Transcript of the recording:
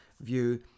view